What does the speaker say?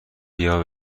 بیا